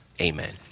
Amen